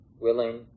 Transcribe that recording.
willing